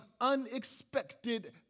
unexpected